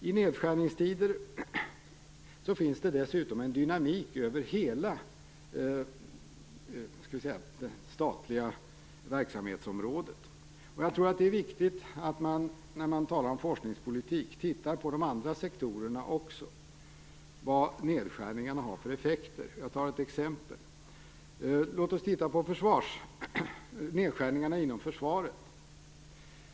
I nedskärningstider finns det dessutom en dynamik i hela det statliga verksamhetsområdet. När man talar om forskningspolitik är det viktigt att man också tittar på de andra sektorerna och på vad nedskärningarna där får för effekter. Låt oss som exempel titta på nedskärningarna inom försvaret.